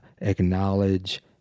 acknowledge